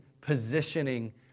positioning